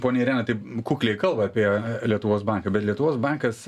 ponia irena taip kukliai kalba apie lietuvos banką bet lietuvos bankas